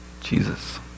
Jesus